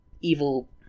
evil